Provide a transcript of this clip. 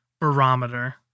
barometer